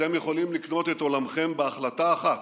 אתם יכולים לקנות את עולמכם בהחלטה אחת,